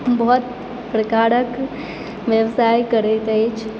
बहुत प्रकारक व्यवसाय करैत अछि